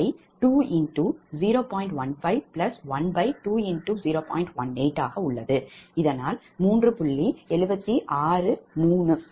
183